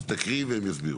תקריאי והם יסבירו.